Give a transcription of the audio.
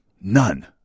None